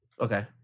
okay